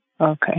Okay